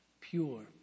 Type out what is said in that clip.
pure